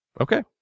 Okay